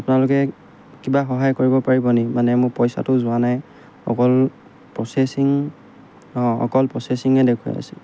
আপোনালোকে কিবা সহায় কৰিব পাৰিব নেকি মানে মোৰ পইচাটো যোৱা নাই অকল প্ৰচেচিং অঁ অকল প্ৰচেচিঙে দেখুৱাই আছে